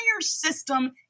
system